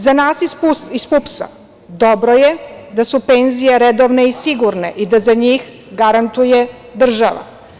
Za nas iz PUPS-a dobro je da su penzije redovne i sigurne i da za njih garantuje država.